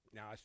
Now